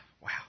Wow